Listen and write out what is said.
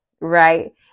right